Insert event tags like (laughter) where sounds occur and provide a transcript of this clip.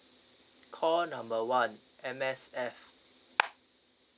call number one M_S_F (noise)